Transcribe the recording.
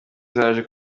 zaje